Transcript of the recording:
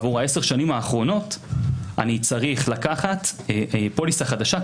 עבור עשר השנים האחרונות אני צריך לקחת פוליסה חדשה,